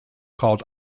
called